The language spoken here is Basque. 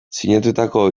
sinatutako